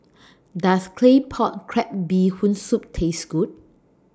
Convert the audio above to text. Does Claypot Crab Bee Hoon Soup Taste Good